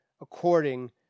according